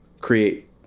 create